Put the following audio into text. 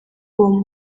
uwo